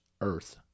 earth